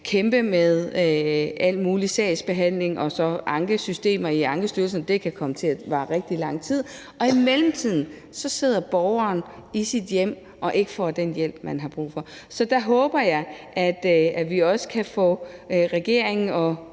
kæmpe med al mulig sagsbehandling og ankesystemer i Ankestyrelsen, og det kan komme til at vare rigtig lang tid, og i mellemtiden sidder borgeren i sit hjem og får ikke den hjælp, man har brug for. Så der håber jeg, at vi også kan få regeringen og